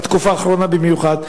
בתקופה האחרונה במיוחד,